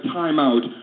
timeout